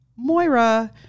Moira